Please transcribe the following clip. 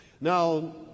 Now